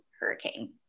hurricane